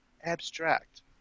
abstract